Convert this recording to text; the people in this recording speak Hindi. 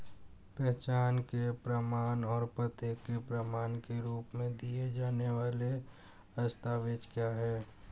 पहचान के प्रमाण और पते के प्रमाण के रूप में दिए जाने वाले दस्तावेज क्या हैं?